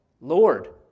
Lord